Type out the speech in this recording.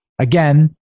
Again